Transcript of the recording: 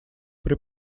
при